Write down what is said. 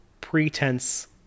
pretense